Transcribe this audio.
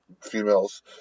females